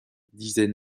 disait